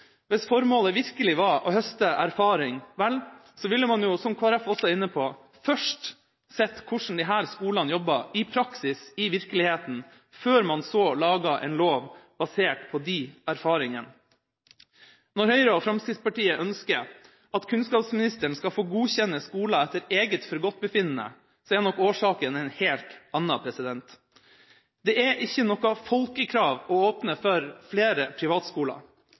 Hvis formålet virkelig var å høste erfaring, ville man – som også Kristelig Folkeparti var inne på – først sett hvordan disse skolene i virkeligheten jobbet i praksis før man laget en lov basert på disse erfaringene. Når Høyre og Fremskrittspartiet ønsker at kunnskapsministeren skal få godkjenne skoler etter eget forgodtbefinnende, er nok årsaken en helt annen. Det er ikke noe folkekrav å åpne for flere privatskoler.